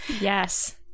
Yes